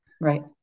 Right